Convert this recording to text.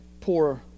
poor